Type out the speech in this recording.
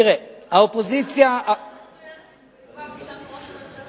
תראה, האופוזיציה, פגישה עם ראש הממשלה.